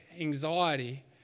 anxiety